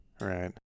right